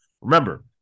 remember